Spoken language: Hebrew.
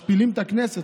משפילים את הכנסת,